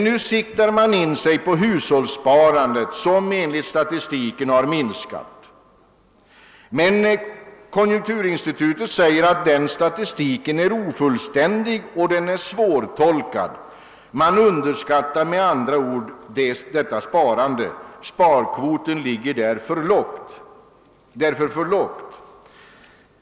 Nu siktar man in sig på hushållssparandet, som enligt statistiken har minskat. Konjunkturinstitutet säger emellertid att denna statistik är ofullständig och svårtolkad. Man underskattar med andra ord detta sparande; sparkvoten för hushållen ligger alltså för lågt.